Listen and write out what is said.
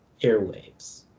airwaves